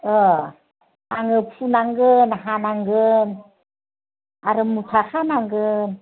अ आङो फुनांगोन हानांगोन आरो मुथा खानांगोन